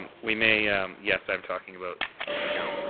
we may yes, i'm talking about you know